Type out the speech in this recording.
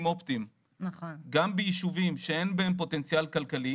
אופטיים גם בישובים שאין בהם פוטנציאל כלכלי